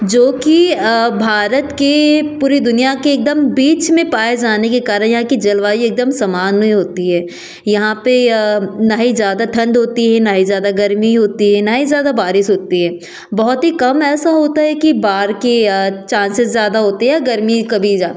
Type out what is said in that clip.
जो कि भारत के पूरी दुनिया के एकदम बीच में पाए जाने के कारण यहाँ की जलवायु एकदम समान होती है यहाँ पे ना ही ज़्यादा ठंड होती है ना ही ज़्यादा गर्मी होती है ना ही ज़्यादा बारिश होती है बहुत ही कम ऐसा होता है कि बाहर के चांसेज़ ज़्यादा होते हैं या गर्मी कभी